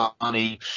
money